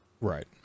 Right